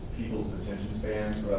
people's attention spans,